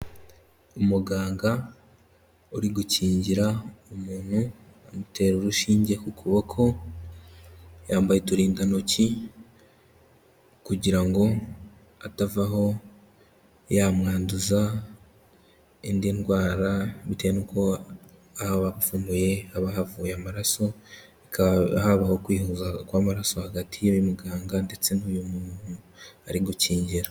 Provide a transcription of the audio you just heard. Umuganga uri gukingira umuntu amutera urushinge ku kuboko, yambaye uturindantoki kugira ngo atavaho yamwanduza indi ndwara bitewe nuko haba hapfumuye haba havuye amaraso hakaba habaho kwihuza kw'amaraso hagati y'uyu muganga ndetse n'uyu muntu ari gukingira.